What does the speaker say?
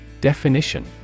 Definition